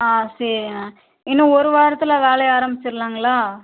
ஆ சரிண்ணா இன்னும் ஒரு வாரத்துல வேலையை ஆரம்பிச்சிடலாங்களா